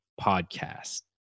Podcast